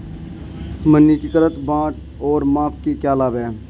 मानकीकृत बाट और माप के क्या लाभ हैं?